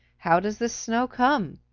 how does this snow come?